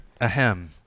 Ahem